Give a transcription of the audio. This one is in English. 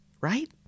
right